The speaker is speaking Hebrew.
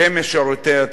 כמשרתי הציבור.